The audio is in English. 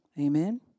Amen